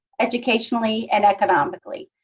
educationally, and economically,